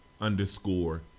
underscore